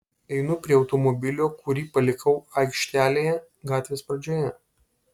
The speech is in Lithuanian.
einu prie automobilio kurį palikau aikštelėje gatvės pradžioje